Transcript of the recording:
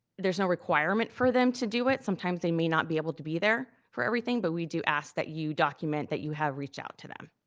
there's no requirement for them to do it. sometimes they may not be able to be there for everything, but we do ask that you document that you have reached out to them.